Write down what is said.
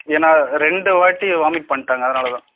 ஏன்னா ரெண்டு வாட்டி வாமிட் பண்ணிவிட்டாங்க அதுனால தான்